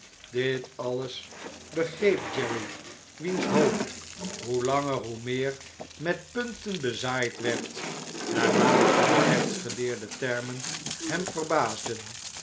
dit alles begreep jerry wiens hoofdhoe langer hoe meer met punten bezaaid werd naarmate de rechtsgeleerde termen hem verbaasden